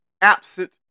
absent